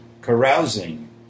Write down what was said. carousing